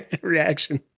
reaction